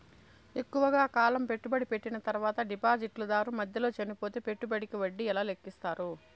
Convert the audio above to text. ఎక్కువగా కాలం పెట్టుబడి పెట్టిన తర్వాత డిపాజిట్లు దారు మధ్యలో చనిపోతే పెట్టుబడికి వడ్డీ ఎలా లెక్కిస్తారు?